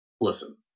Listen